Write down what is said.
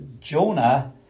Jonah